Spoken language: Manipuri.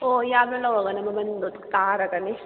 ꯑꯣ ꯌꯥꯝꯅ ꯂꯧꯔꯒꯅ ꯃꯃꯟꯗꯣ ꯇꯥꯔꯒꯅꯤ